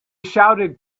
shouted